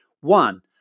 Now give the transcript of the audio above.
One